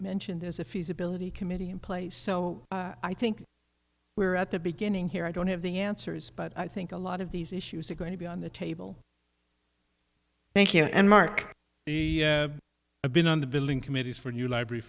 mentioned is a feasibility committee in place so i think we're at the beginning here i don't have the answers but i think a lot of these issues are going to be on the table thank you and mark i've been on the billing committees for your library